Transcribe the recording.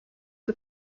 the